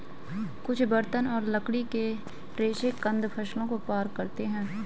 कुछ बर्तन और लकड़ी के रेशे कंद फसलों को पार करते है